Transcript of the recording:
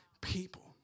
people